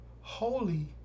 holy